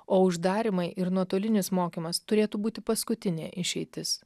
o uždarymai ir nuotolinis mokymas turėtų būti paskutinė išeitis